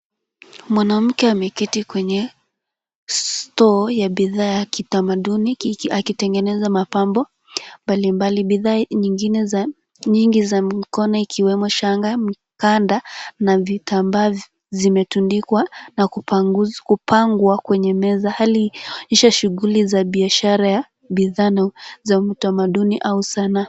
Mwanamke ameketi kwenye stoo ya bidhaa ya kitamaduni akitengeneza mapambo mbalimbali .Bidhaa nyingi za mikono ikiwemo shanga, mkanda na vitambaa zimetundikwa na kupangwa kwenye meza. Hali inaonyesha shughuli za biashara za bidhaa za utamaduni au sanaa.